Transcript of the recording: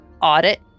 Audit